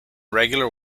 regular